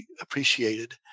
appreciated